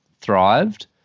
thrived